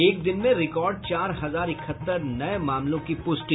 एक दिन में रिकॉर्ड चार हजार इकहत्तर नये मामलों की प्रष्टि